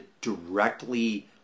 directly